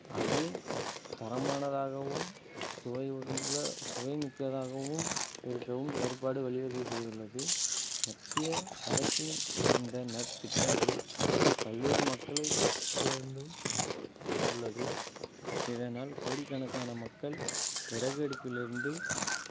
அதே தரமானதாகவும் சுவையுள்ள சுவை மிக்கதாகவும் இருக்கவும் ஏற்பாடு வழிவகை செய்துள்ளது மத்திய அரசின் இந்த நற் திட்டங்கள் பல்வேறு மக்களை சேர்ந்தும் உள்ளது இதனால் கோடிக்கணக்கான மக்கள் விறகடுப்பிலிருந்து